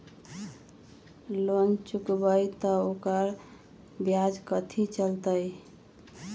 Loan चुकबई त ओकर ब्याज कथि चलतई?